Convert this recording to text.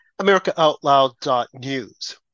AmericaOutloud.news